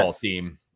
team